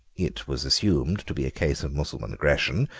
it was assumed to be a case of mussulman aggression,